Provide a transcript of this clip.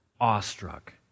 awestruck